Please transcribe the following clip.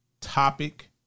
topic